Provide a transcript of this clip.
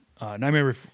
Nightmare